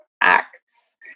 acts